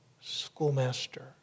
schoolmaster